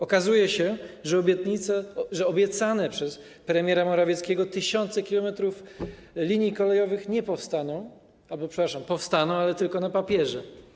Okazuje się, że obiecane przez premiera Morawieckiego tysiące kilometrów linii kolejowych nie powstaną, albo - przepraszam - powstaną, ale tylko na papierze.